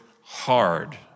hard